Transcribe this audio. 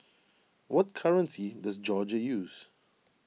what currency does Georgia use